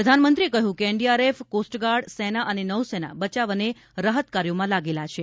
પ્રધાનમંત્રીએ કહ્યું કે એનડીઆરએફ કોસ્ટગાર્ડ સેના અને નૌસેના બચાવ અને રાહત કાર્યોમાં લાગેલા છે